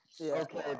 Okay